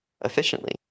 efficiently